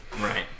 Right